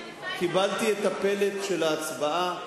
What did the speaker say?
קיבלתי את הפלט של ההצבעה.